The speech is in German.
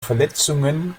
verletzungen